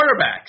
quarterbacks